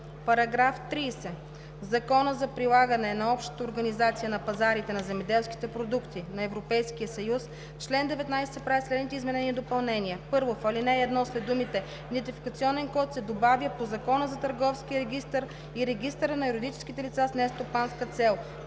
§ 30: „§ 30. В Закона за прилагане на Общата организация на пазарите на земеделски продукти на Европейския съюз (oбн., ДВ, бр. …) в чл. 19 се правят следните изменения и допълнения: 1. В ал. 1 след думите „идентификационен код“ се добавя „по Закона за търговския регистър и регистъра на юридическите лица с нестопанска цел“.